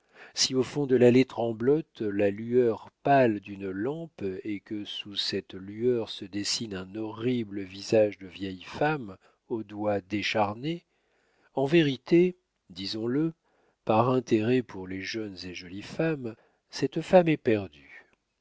si au fond de l'allée tremblote la lueur pâle d'une lampe et que sous cette lueur se dessine un horrible visage de vieille femme aux doigts décharnés en vérité disons-le par intérêt pour les jeunes et jolies femmes cette femme est perdue